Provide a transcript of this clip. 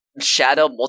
shadow